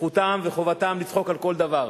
זכותם וחובתם לצחוק על כל דבר.